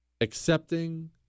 Accepting